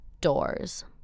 doors